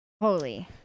Holy